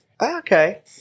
okay